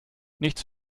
nichts